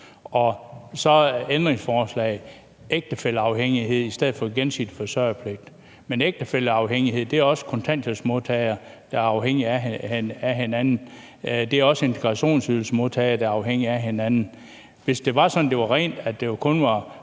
ægtefælleafhængighed i stedet for gensidig forsørgerpligt, men ægtefælleafhængighed gælder også kontanthjælpsmodtagere, der er afhængige af hinanden, og det gælder også integrationsydelsesmodtagere, der er afhængige af hinanden. Hvis det var sådan, at det kun var